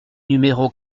numéro